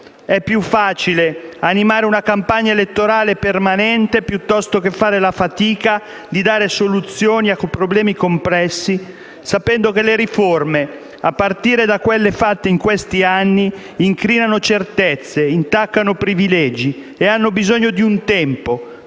È più facile animare una campagna elettorale permanente piuttosto che fare la fatica di dare soluzioni a problemi complessi, sapendo che le riforme, a partire da quelle fatte in questi anni, incrinano certezze, intaccano privilegi e hanno bisogno di tempo